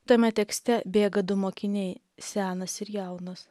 tame tekste bėga du mokiniai senas ir jaunas